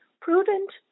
prudent